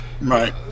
right